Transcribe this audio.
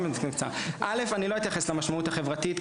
אני לא אתייחס למשמעות החברתית,